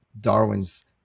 Darwin's